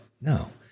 no